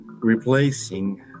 replacing